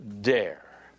dare